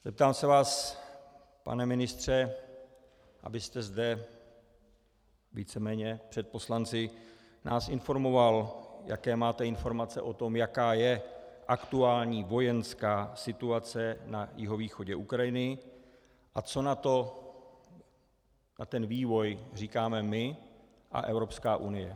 Zeptám se vás, pane ministře, abyste zde víceméně před poslanci nás informoval, jaké máte informace o tom, jaká je aktuální vojenská situace na jihovýchodě Ukrajiny a co na to, na ten vývoj, říkáme my a Evropská unie.